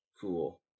cool